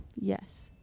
Yes